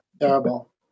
terrible